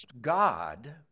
God